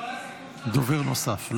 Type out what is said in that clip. דובר נוסף.